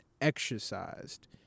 exercised